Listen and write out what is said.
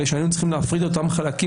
הרי שהיינו צריכים להפריד את אותם חלקים